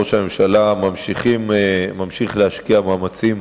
ראש הממשלה ממשיך להשקיע מאמצים